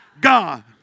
God